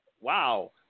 Wow